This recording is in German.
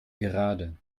gerade